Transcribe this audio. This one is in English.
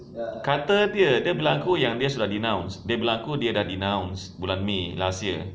kata dia dia bilang aku yang dia sudah denounce dia bilang aku dia dah denounce bulan may last year